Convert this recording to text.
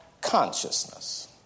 consciousness